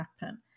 happen